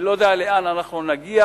אני לא יודע לאן אנחנו נגיע.